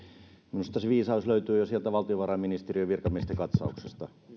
minusta se viisaus löytyy jo sieltä valtiovarainministeriön virkamiesten katsauksesta